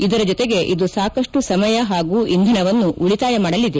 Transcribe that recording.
ಇದರ ಜೊತೆಗೆ ಇದು ಸಾಕಷ್ಟು ಸಮಯ ಪಾಗೂ ಇಂಧನವನ್ನು ಉಳಿತಾಯ ಮಾಡಲಿದೆ